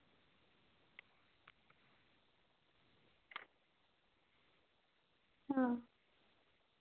ᱦᱚᱸ